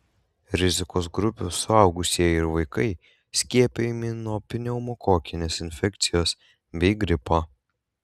rizikos grupių suaugusieji ir vaikai skiepijami nuo pneumokokinės infekcijos bei gripo